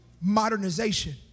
modernization